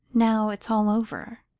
now it's all over?